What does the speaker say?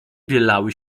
bielały